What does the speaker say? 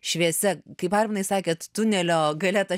šviesia kaip arminai sakėt tunelio gale ta